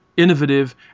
innovative